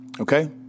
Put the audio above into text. Okay